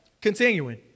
continuing